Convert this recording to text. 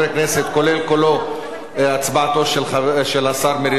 כולל הצבעתו של השר מרידור.